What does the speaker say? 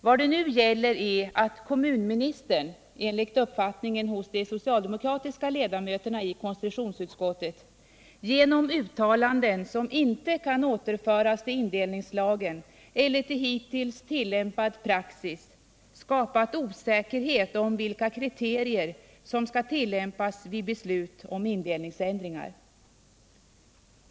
Vad det nu gäller är att kommunministern, enligt uppfattningen hos de socialdemokratiska ledamöterna i konstitutionsutskottet, genom uttalanden som inte kan återföras till indelningslagen eller till hittills tillämpad praxis skapat osäkerhet om vilka kriterier som skall tillämpas vid beslut om indelningsändringar.